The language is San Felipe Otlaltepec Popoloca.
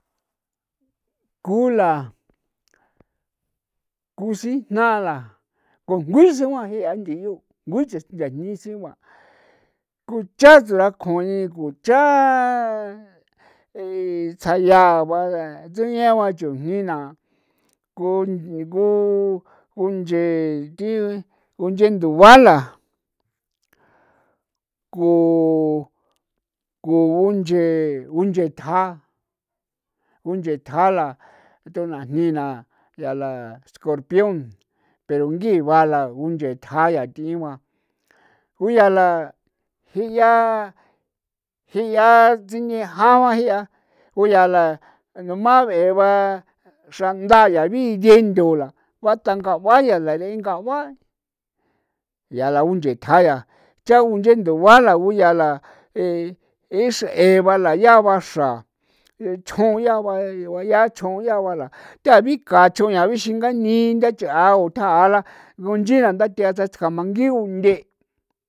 Kula kusijna la kunkinsji jea nthiiu ngutse the jni sigua ku cha tsakjo ni ko chaa tsaayaa ba tsuñao ba chujni na ko kunchee thi unche nduba la ku ku unchee unchee tja unchee tja la tunajni la yaa la escorpion pero ngiva la unchee tja tiin ba kuyaa la ba ji'a ji'a tsingija ba ji'a ku yaa la ba noma be'e ba xrandaa ya bidiendo la bakanga ba ya ba yaa la unchee tja ya cha unchee guyala e xree ba la yaa ba xra chjon yaa ba chjon yaa la tabika chjon ixin ngani ndacha'a o thaa la ngu nchiin ntha ndathea tscamangi' unthe'.